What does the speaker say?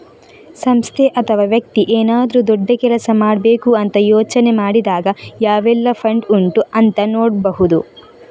ಸಂಸ್ಥೆ ಅಥವಾ ವ್ಯಕ್ತಿ ಏನಾದ್ರೂ ದೊಡ್ಡ ಕೆಲಸ ಮಾಡ್ಬೇಕು ಅಂತ ಯೋಚನೆ ಮಾಡಿದಾಗ ಯಾವೆಲ್ಲ ಫಂಡ್ ಉಂಟು ಅಂತ ನೋಡ್ಬಹುದು